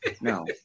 no